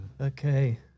Okay